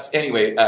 anyway,